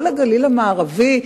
כל הגליל המערבי,